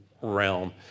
realm